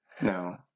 No